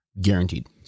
Guaranteed